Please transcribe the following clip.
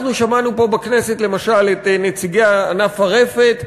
אנחנו שמענו פה בכנסת למשל את נציגי ענף הרפת,